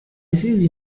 disease